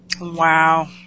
wow